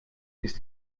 ist